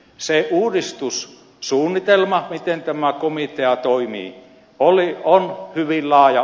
se uudistussuunnitelma miten tämä komitea toimii on hyvin laaja